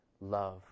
love